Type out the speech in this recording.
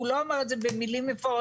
הוא לא אומר את זה במילים מפורשות,